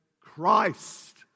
Christ